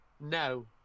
No